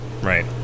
Right